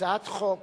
הצעת חוק